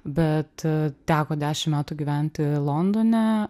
bet teko dešim metų gyventi londone